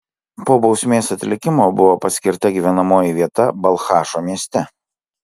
po bausmės atlikimo buvo paskirta gyvenamoji vieta balchašo mieste